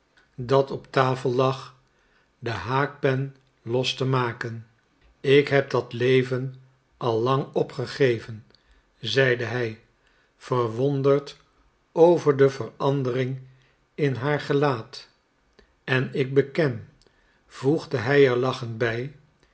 dat op tafel lag de haakpen los te maken ik heb dat leven al lang opgegeven zeide hij verwonderd over de verandering in haar gelaat en ik beken voegde hij er lachend bij